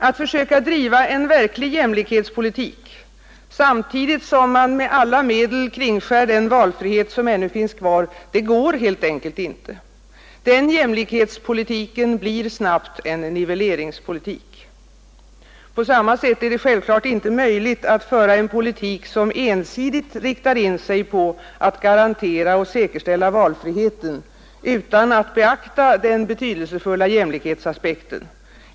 Att försöka driva en verklig jämlikhetspolitik samtidigt som man med alla medel kringskär den valfrihet som ännu finns kvar, går helt enkelt inte. Den jämlikhetspolitiken blir snabbt en nivelleringspolitik. På samma sätt är det självfallet inte möjligt att föra en politik som ensidigt siktar in sig på att garantera och säkerställa valfriheten utan att beakta den betydelsefulla jämlikhetsaspekten.